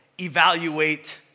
Evaluate